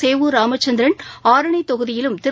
சேவூர் ராமச்சந்திரன் ஆரணி தொகுதியிலும் திரு